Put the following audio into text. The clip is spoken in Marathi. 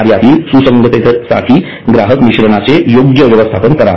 कार्यातील सुसंगततेसाठी ग्राहक मिश्रणाचे योग्य व्यवस्थापन करा